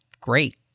great